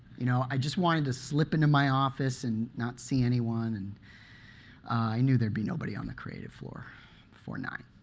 you know i just wanted to slip into my office and not see anyone. and i knew there'd be nobody on the creative floor before nine